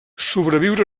sobreviure